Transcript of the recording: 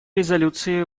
резолюции